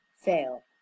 fail